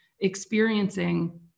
experiencing